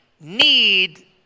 need